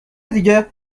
دیگه